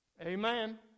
Amen